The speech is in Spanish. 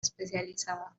especializada